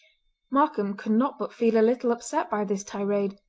markam could not but feel a little upset by this tirade.